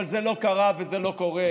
אבל זה לא קרה וזה לא קורה,